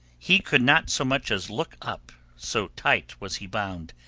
he could not so much as look up, so tight was he bound,